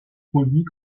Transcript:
produits